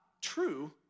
true